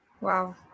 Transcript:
Wow